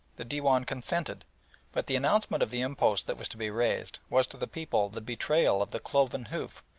the dewan consented but the announcement of the impost that was to be raised was to the people the betrayal of the cloven hoof,